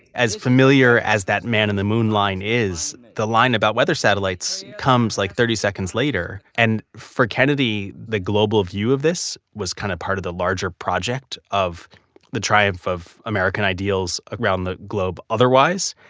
as familiar as that man in the moon line is, the line about weather satellites comes like thirty seconds later. and for kennedy, the global view of this was kind of part of the larger project of the triumph of american ideals around the globe otherwise.